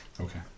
Okay